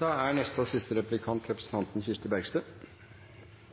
Mange kommuner og